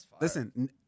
listen